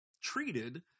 treated